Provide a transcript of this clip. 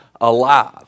alive